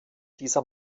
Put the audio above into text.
dieser